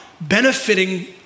benefiting